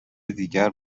دیگر